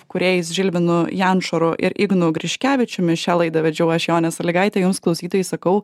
kūrėjais žilvinu jančoru ir ignu griškevičiumi šią laidą vedžiau aš jonė salygaitė jums klausytojai sakau